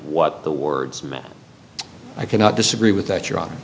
what the words meant i cannot disagree with that you're on